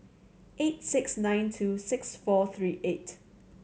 eight six nine two six four three eight